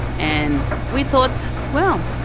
and we thought, well,